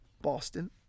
Boston